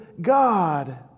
God